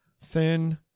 thin